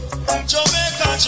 Jamaica